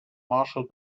marshall